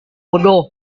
bodoh